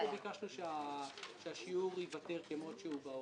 ביקשנו שהשיעור ייוותר כמות שהוא בהוראות,